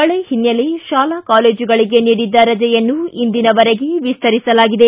ಮಳೆ ಹಿನ್ನೆಲೆ ಶಾಲಾ ಕಾಲೇಜುಗಳಗೆ ನೀಡಿದ್ದ ರಜೆಯನ್ನು ಇಂದಿನವರೆಗೆ ವಿಸ್ತರಿಸಲಾಗಿದೆ